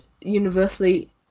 universally